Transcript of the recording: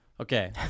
Okay